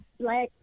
black